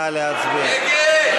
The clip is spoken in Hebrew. נא להצביע.